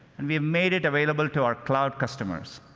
and we have made it available to our cloud customers.